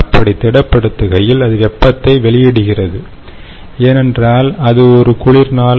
அப்படி திடப்படுத்துகையில் அது வெப்பத்தை வெளியிடுகிறது ஏனென்றால் அது ஒரு குளிர் நாள்